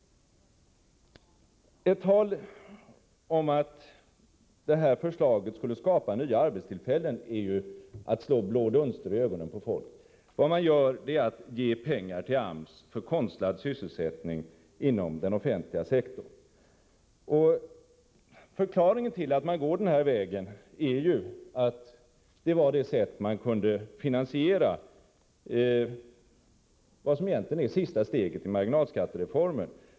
Att tala om att det här förslaget skulle skapa nya arbetstillfällen är ju att slå blå dunster i ögonen på folk. Det man gör är att ge pengar till AMS för konstlad sysselsättning inom den offentliga sektorn. Förklaringen till att man går den vägen är att det är ett sätt att finansiera vad som egentligen är sista steget i marginalskattereformen.